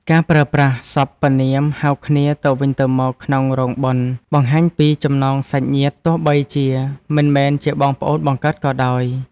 ការប្រើប្រាស់សព្វនាមហៅគ្នាទៅវិញទៅមកក្នុងរោងបុណ្យ បង្ហាញពីចំណងសាច់ញាតិទោះបីជាមិនមែនជាបងប្អូនបង្កើតក៏ដោយ។